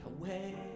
away